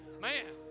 Man